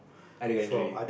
other country